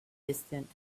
distant